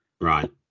right